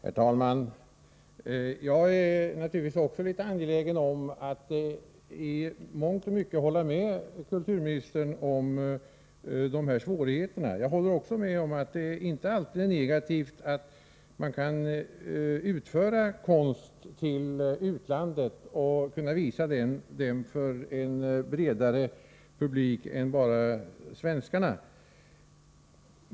Herr talman! Jag är naturligtvis också angelägen om att i mångt och mycket hålla med kulturministern om att de här svårigheterna föreligger. Jag håller också med om att det inte alltid är negativt att man kan utföra konst till utlandet och visa den för en bredare publik än bara oss svenskar.